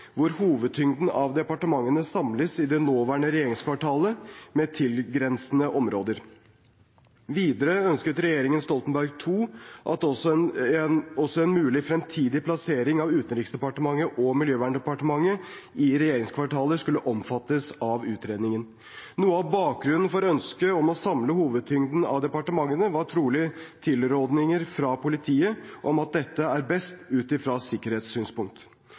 hvor hovedtyngden av departementene samles i det nåværende regjeringskvartalet med tilgrensende områder. Videre ønsket regjeringen Stoltenberg II at også en mulig fremtidig plassering av Utenriksdepartementet og Miljøverndepartementet i regjeringskvartalet skulle omfattes av utredningen. Noe av bakgrunnen for ønsket om å samle hovedtyngden av departementene var trolig tilrådinger fra politiet om at dette er best ut fra et sikkerhetssynspunkt.